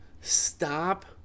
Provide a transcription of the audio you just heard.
stop